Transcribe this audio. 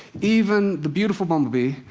even the beautiful bumblebee,